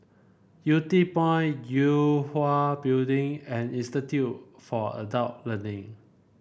Yew Tee Point Yue Hwa Building and Institute for Adult Learning